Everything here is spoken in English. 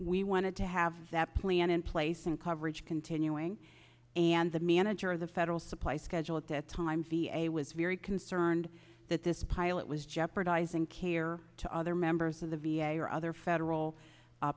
we wanted to have that plan in place and coverage continuing and the manager of the federal supply schedule at that time v a was very concerned that this pilot was jeopardizing care to other members of the v a or other federal